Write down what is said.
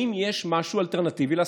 האם יש משהו אלטרנטיבי לעשות,